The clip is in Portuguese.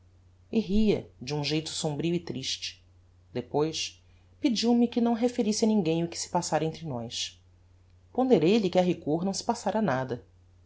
de um geito sombrio e triste depois pediu-me que não referisse a ninguem o que se passara entre nós ponderei lhe que a rigor não se passara nada